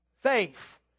faith